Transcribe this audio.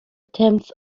tenth